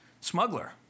smuggler